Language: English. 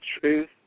truth